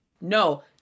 no